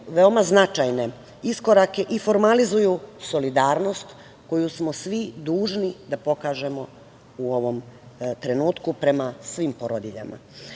veoma značajne iskorake i formalizuju solidarnost koju smo svi dužni da pokažemo u ovom trenutku prema svim porodiljama. Ovom